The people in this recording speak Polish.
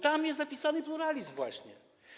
Tam jest zapisany pluralizm właśnie.